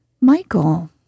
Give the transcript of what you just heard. michael